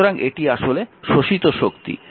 সুতরাং এটি আসলে শোষিত শক্তি